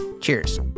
Cheers